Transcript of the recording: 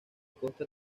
costa